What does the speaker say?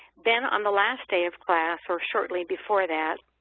then on the last day of class, or shortly before that,